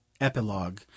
Epilogue